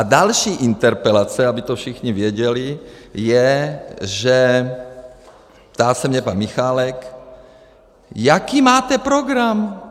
A další interpelace, aby to všichni věděli, je, že ptá se mě pan Michálek: jaký máte program?